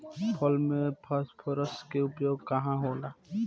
फसल में फास्फोरस के उपयोग काहे होला?